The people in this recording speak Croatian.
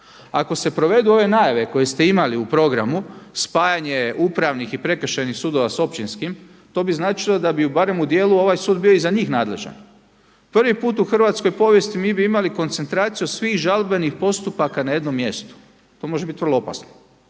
Ako se provedu ove najave koje ste imali u programu spajanje Upravnih i Prekršajnih sudova sa Općinskim, to bi značilo da bi barem u dijelu ovaj sud bio i za njih nadležan. Prvi put u hrvatskoj povijesti mi bi imali koncentraciju svih žalbenih postupaka na jednom mjestu. To može bit vrlo opasno.